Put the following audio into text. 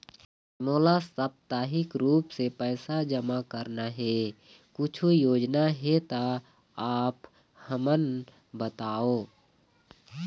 मोला साप्ताहिक रूप से पैसा जमा करना हे, कुछू योजना हे त आप हमन बताव?